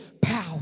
power